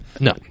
No